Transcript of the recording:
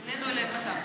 הפנינו אליהם מכתב.